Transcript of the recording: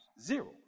Zero